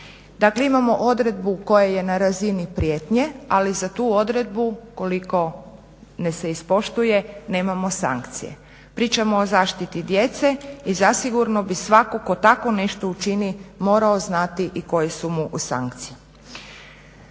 Dakle, imamo odredbu koja je na razini prijetnje ali za tu odredbu ukoliko se ne ispoštuje nemamo sankcije. Pričamo o zaštiti djece i zasigurno bi svatko tko tako nešto učini morao znati i koje su mu sankcije.